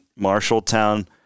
Marshalltown